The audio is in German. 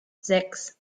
sechs